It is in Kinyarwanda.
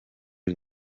uri